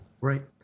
Right